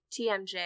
TMJ